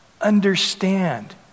understand